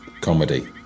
Comedy